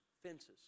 Fences